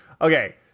Okay